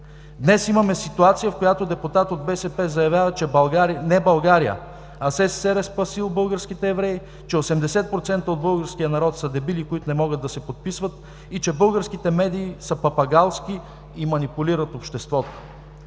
Днес имаме ситуация, в която депутат от БСП заявява, че не България, а СССР е спасил българските евреи, че 80% от българския народ са дебили, които не могат да се подписват и че българските медии са папагалски и манипулират обществото.